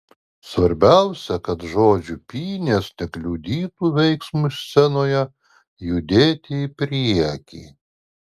svarbiausia kad žodžių pynės nekliudytų veiksmui scenoje judėti į priekį